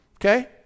Okay